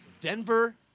Denver